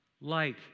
light